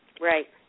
Right